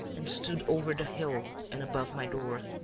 and stood over the hill and above my door,